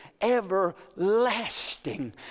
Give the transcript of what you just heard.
everlasting